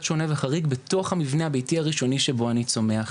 שונה וחריג בתוך המבנה הביתי הראשוני שבו אני צומח.